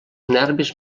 nervis